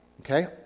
Okay